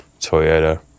Toyota